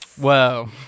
Whoa